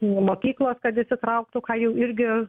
mokyklos kad įsitrauktų ką jau irgi